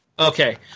Okay